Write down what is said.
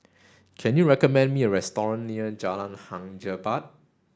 can you recommend me a restaurant near Jalan Hang Jebat